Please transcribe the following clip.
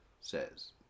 says